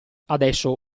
adesso